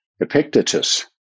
Epictetus